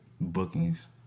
bookings